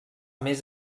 més